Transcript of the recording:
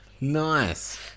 Nice